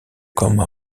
coma